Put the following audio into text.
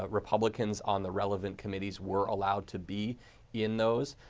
ah republicans on the velvet committees were allowed to be in those.